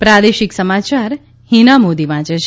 પ્રાદેશિક સમાચાર ફીના મોદી વાંચે છે